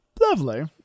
lovely